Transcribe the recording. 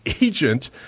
agent